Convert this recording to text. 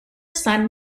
son